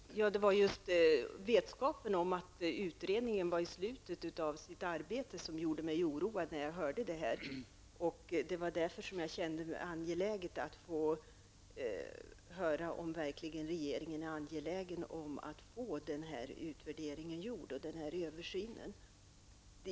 Fru talman! Det som gjorde mig oroad var just vetskapen om att utredningen var i slutet av sitt arbete. Det var därför jag kände att det var viktigt att få höra om regeringen är angelägen om att få denna utredning gjord.